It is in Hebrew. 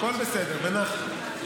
הכול בסדר, בנחת.